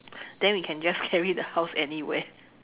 then we can just carry the house anywhere